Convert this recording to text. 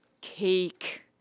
Cake